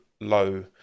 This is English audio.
low